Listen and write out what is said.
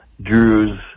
Drew's